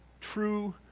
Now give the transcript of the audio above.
true